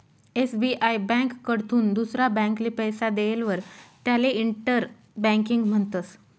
SBI ब्यांककडथून दुसरा ब्यांकले पैसा देयेलवर त्याले इंटर बँकिंग म्हणतस